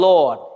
Lord